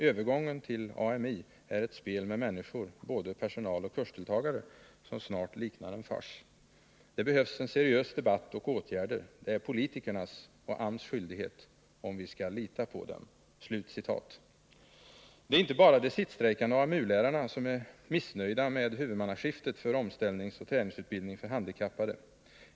Övergången till AMI är ett spel med människor, både personal och kursdeltagare, som snart liknar en fars. Det behövs en seriös debatt och åtgärder. Det är politikernas och AMS skyldighet — om vi skall lita på dem.” Det är inte bara de sittstrejkande AMU-lärarna som är missnöjda med huvudmannaskiftet för omställningsoch träningsutbildning för handikappade.